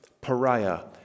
pariah